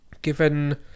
given